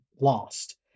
lost